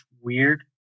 weird